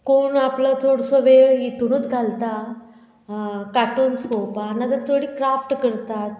कोण आपलो चडसो वेळ हितुनूच घालता कार्टूनस पोवपा ना जा चड क्राफ्ट करतात